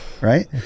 right